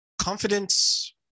confidence